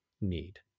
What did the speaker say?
need